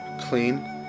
Clean